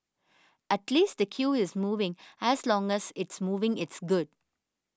at least the queue is moving as long as it's moving it's good